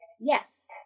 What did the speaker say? yes